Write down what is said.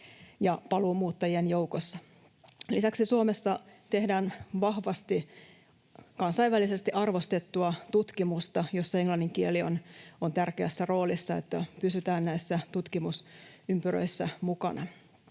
ja paluumuuttajien joukossa. Lisäksi Suomessa tehdään vahvasti kansainvälisesti arvostettua tutkimusta, jossa englannin kieli on tärkeässä roolissa, että pysytään näissä tutkimusympyröissä mukana.